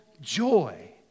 joy